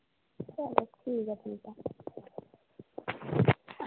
चलो ठीक ऐ फ्ही तां